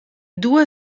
due